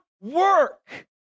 work